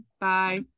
bye